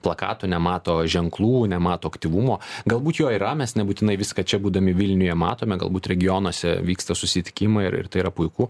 plakatų nemato ženklų nemato aktyvumo galbūt jo yra mes nebūtinai viską čia būdami vilniuje matome galbūt regionuose vyksta susitikimai ir ir tai yra puiku